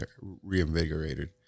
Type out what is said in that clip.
reinvigorated